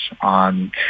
on